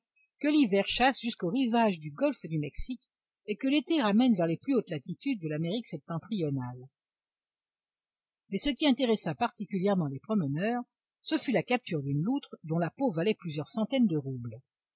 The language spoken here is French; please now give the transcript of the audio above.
que l'hiver chasse jusqu'aux rivages du golfe du mexique et que l'été ramène vers les plus hautes latitudes de l'amérique septentrionale mais ce qui intéressa particulièrement les promeneurs ce fut la capture d'une loutre dont la peau valait plusieurs centaines de roubles